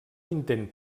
intent